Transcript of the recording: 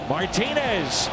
Martinez